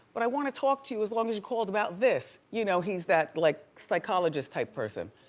but i wanna talk to you, as long as you called, about this. you know he's that like, psychologist type person.